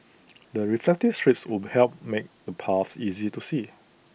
the reflective strips would help make the paths easier to see